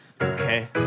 Okay